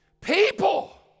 people